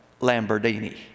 Lamborghini